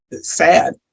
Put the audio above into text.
sad